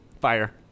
Fire